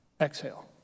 exhale